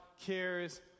cares